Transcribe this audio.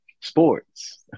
sports